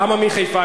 למה מחיפה?